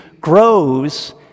grows